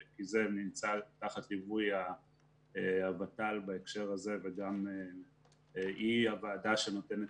כי זה נמצא תחת ליווי הות"ל בהקשר הזה וגם היא הוועדה שנותנת